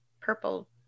purple